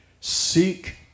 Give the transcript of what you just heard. Seek